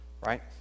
Right